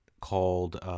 called